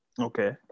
Okay